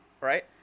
right